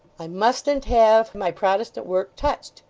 i mustn't have my protestant work touched,